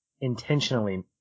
intentionally